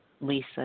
Lisa